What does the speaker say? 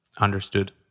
Understood